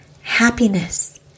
happiness